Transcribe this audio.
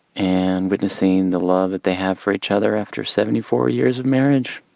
and witnessing the love that they have for each other after seventy four years of marriage.